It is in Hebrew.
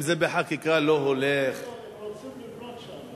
אם בחקיקה זה לא הולך, לא, הם רוצים לבנות שם.